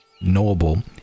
knowable